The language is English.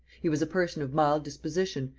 he was a person of mild disposition,